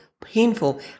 painful